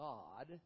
God